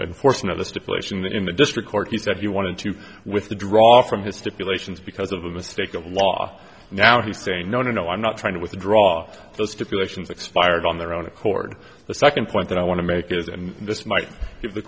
forcing of the stipulation that in the district court he said he wanted to withdraw from his stipulations because of a mistake of law now he's saying no no no i'm not trying to withdraw the stipulations expired on their own accord the second point that i want to make is and this might give the